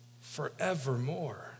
forevermore